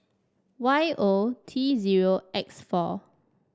Y O T zero X four